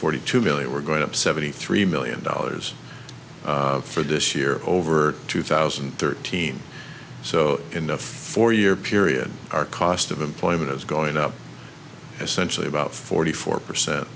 forty two million we're going up seventy three million dollars for this year over two thousand and thirteen so in a four year period our cost of employment is going up essentially about forty four percent